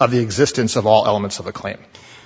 of the existence of all elements of the claim